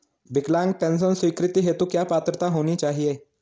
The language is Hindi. विकलांग पेंशन स्वीकृति हेतु क्या पात्रता होनी चाहिये?